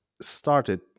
started